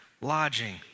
lodging